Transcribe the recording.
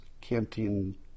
canteen